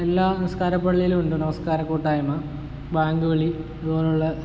എല്ലാ നിസ്കാര പള്ളിയിലും ഉണ്ട് നമസ്കാര കൂട്ടായ്മ ബാങ്ക് വിളി അതുപോലെയുള്ള